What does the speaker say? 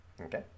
Okay